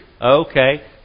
Okay